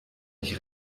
ich